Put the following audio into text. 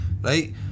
Right